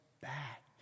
back